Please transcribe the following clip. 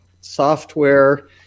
software